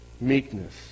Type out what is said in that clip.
meekness